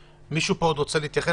מישהו פה עוד רוצה להתייחס?